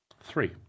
Three